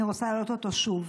אני רוצה להעלות אותו שוב.